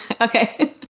Okay